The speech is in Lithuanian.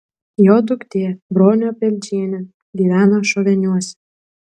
jo duktė bronė peldžienė gyvena šoveniuose